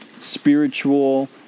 spiritual